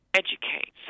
educate